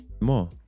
More